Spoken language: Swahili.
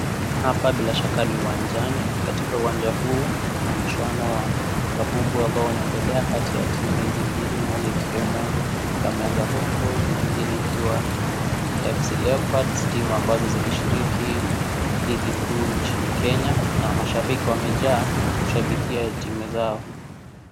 Hapa bila shaka ni uwanjani, katika uwanja huu kuna mjuano wa kambumbu ambao inaendelea Kati ya timu izi mbili moja ikiwemo Kagamega homeboyz na ingine ikiwa AFC leopards, timu ambazo zinashiriki ligi Kuu nchini Kenya na mashabiki wamejaa kushabikia timu zao,